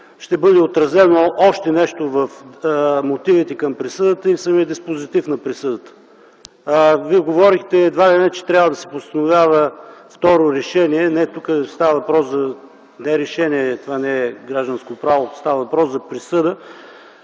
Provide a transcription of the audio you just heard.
ще бъде отразено в мотивите към присъдата и в самия диспозитив на присъдата. А Вие говорихте едва ли не, че трябва да се постановява второ решение. Тук става въпрос не за решение – това не е гражданско право, а става въпрос за присъда.